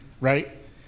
right